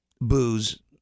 booze